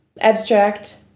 Abstract